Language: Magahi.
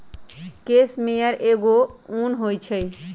केस मेयर एगो उन होई छई